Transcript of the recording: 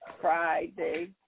Friday